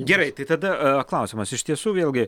gerai tada klausimas iš tiesų vėlgi